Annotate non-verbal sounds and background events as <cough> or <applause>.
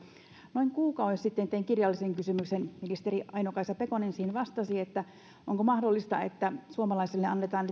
noin kuukausi sitten tein kirjallisen kysymyksen ministeri aino kaisa pekonen siihen vastasi siitä onko mahdollista että suomalaisille annetaan <unintelligible>